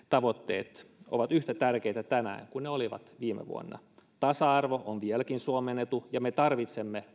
tavoitteet ovat yhtä tärkeitä tänään kuin ne olivat viime vuonna tasa arvo on vieläkin suomen etu ja me tarvitsemme